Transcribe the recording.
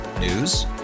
News